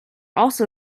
also